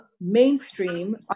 Mainstream